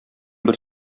бер